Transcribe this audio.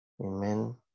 Amen